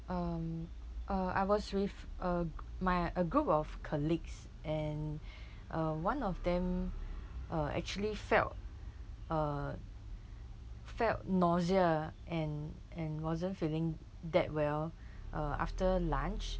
um uh I was with uh my a group of colleagues and uh one of them uh actually felt err felt nausea and and wasn't feeling that well uh after lunch